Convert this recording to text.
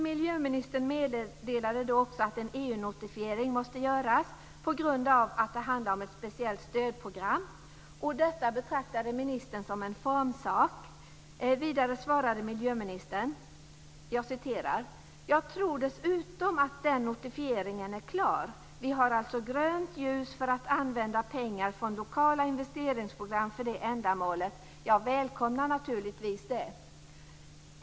Miljöministern meddelade då också att en EU notifiering måste göras på grund av att det handlar om ett speciellt stödprogram. Detta betraktade ministern som en formsak. Vidare svarade miljöministern: "Jag tror dessutom att den notifieringen är klar. Vi har alltså grönt ljus för att använda pengar från lokala investeringsprogram för det ändamålet. Jag välkomnar naturligtvis det".